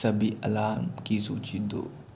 सभी अलार्म की सूची दो